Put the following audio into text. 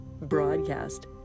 broadcast